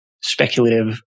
speculative